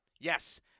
Yes